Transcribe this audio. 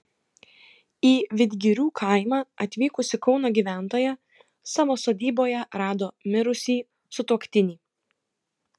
į vidgirių kaimą atvykusi kauno gyventoja savo sodyboje rado mirusį sutuoktinį